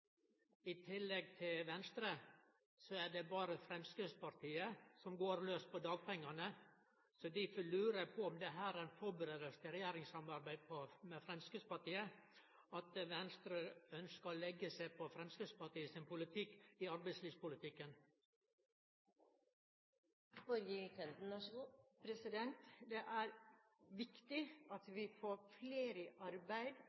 I tillegg til Venstre er det berre Framstegspartiet som går laus på dagpengane. Difor lurer eg på om det er ei førebuing til regjeringssamarbeid med Framstegspartiet når Venstre ønskjer å leggje seg på Framstegspartiet sin politikk i arbeidslivspolitikken? Det er viktig at vi får flere i arbeid